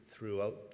throughout